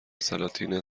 سلاطین